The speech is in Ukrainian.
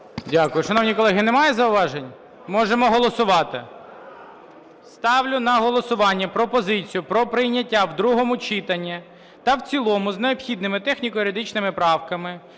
Дякую. Шановні колеги, немає зауважень? Можемо голосувати? Ставлю на голосування пропозицію про прийняття в другому читанні та в цілому з необхідними техніко-юридичними правками